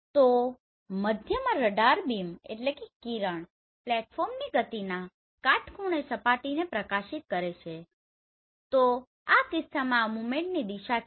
તો મધ્યમાં રડાર બીમBeamકિરણ પ્લેટફોર્મની ગતિના કાટખૂણે સપાટીને પ્રકાશિત કરે છે તો આ કિસ્સામાં આ મુવમેન્ટની દિશા છે